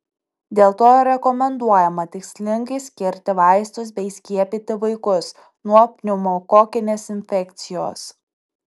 dėl to rekomenduojama tikslingai skirti vaistus bei skiepyti vaikus nuo pneumokokinės infekcijos